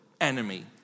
enemy